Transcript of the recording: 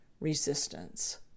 resistance